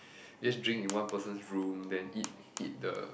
you just drink in one person's room then eat eat the